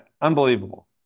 unbelievable